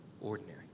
ordinary